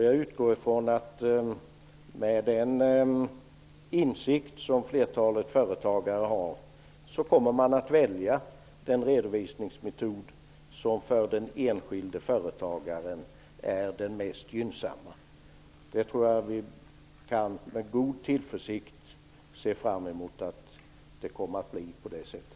Jag utgår ifrån att flertalet enskilda företagare med den insikt som de har kommer att välja den redovisningsmetod som för dem är mest gynnsam. Jag tror att vi med god tillförsikt kan se fram emot att det kommer att bli på det sättet.